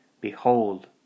Behold